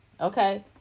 okay